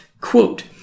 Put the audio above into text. Quote